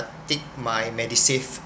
take my medisave